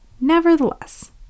Nevertheless